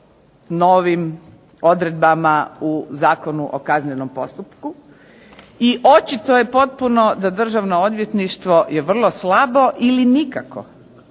novim odredbama u Zakonu o kaznenom postupku. I očito je potpuno da Državno odvjetništvo je vrlo slabo ili nikako